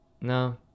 no